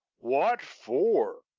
what for?